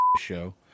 show